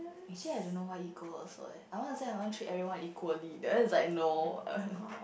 actually I don't know why equal also leh I want to say I want to treat everyone equally then is like no